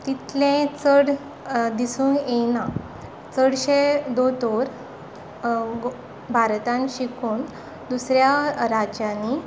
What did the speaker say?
तितलें चड दिसून येना चडशे दोतोर भारतांत शिकून दुसऱ्या राज्यांनी